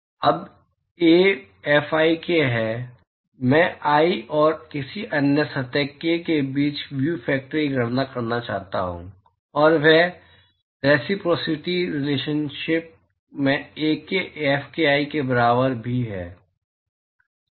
अब ऐ Fik मैं i और किसी अन्य सतह k के बीच व्यू फैक्टर की गणना करना चाहता हूं और वह रेसिप्रोसिटी रिलेशनशिप से Ak Fki के बराबर भी है